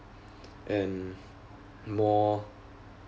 and more